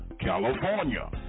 california